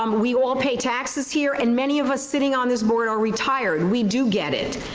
um we all pay taxes here and many of us sitting on this board are retired. we do get it.